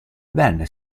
venne